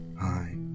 Hi